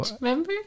remember